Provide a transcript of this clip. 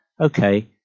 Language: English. okay